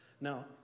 Now